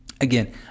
Again